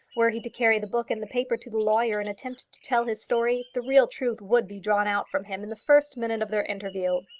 were he to carry the book and the paper to the lawyer and attempt to tell his story, the real truth would be drawn out from him in the first minute of their interview.